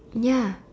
ya